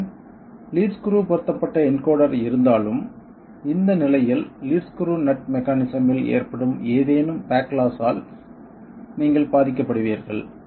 உங்களிடம் lead screw பொருத்தப்பட்ட encoder இருந்தாலும் இந்த நிலையில் லீட் ஸ்க்ரூ நட் மெக்கானிசமில் ஏற்படும் ஏதேனும் பேக்லாஸ் ஆல் நீங்கள் பாதிக்கப்படுவீர்கள்